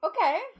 Okay